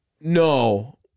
No